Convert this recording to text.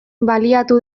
baliatu